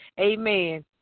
amen